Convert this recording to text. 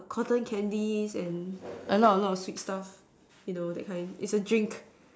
cotton candies and a lot a lot of sweet stuff you know that kind is a drink